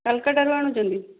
କୋଲକାତାରୁ ଆଣୁଛନ୍ତି